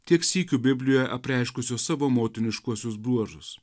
tiek sykių biblijoje apreiškusio savo motiniškuosius bruožus